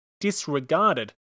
disregarded